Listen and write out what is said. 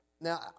Now